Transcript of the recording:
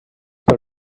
pel